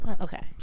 Okay